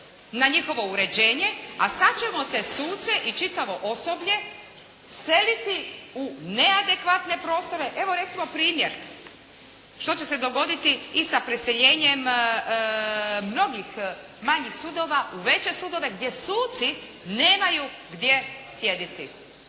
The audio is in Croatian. na njihovo uređenje, a sad ćemo te suce i čitavo osoblje seliti u neadekvatne prostore. Evo recimo primjer što će se dogoditi i sa preseljenjem mnogih manjih sudova u veće sudove gdje suci nemaju gdje sjediti